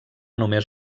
només